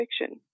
fiction